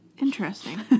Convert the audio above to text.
Interesting